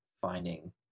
finding